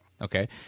Okay